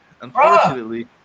Unfortunately